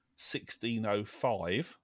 1605